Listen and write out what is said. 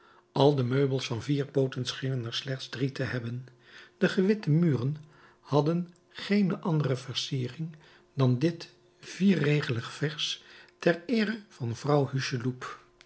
al de meubels van vier pooten schenen er slechts drie te hebben de gewitte muren hadden geene andere versiering dan dit vierregelig vers ter eere van vrouw